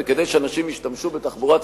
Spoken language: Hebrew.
וכדי שאנשים ישתמשו בתחבורה ציבורית,